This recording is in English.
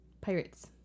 Pirates